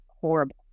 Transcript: horrible